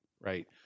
Right